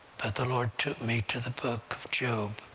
but the lord took me to the book of job,